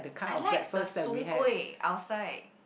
I like the Soon-Kueh outside